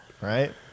Right